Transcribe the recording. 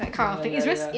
that kind of thing